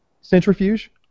centrifuge